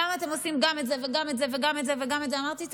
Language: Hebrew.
למה אתם עושים גם את זה וגם את זה וגם את זה וגם את זה?